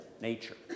nature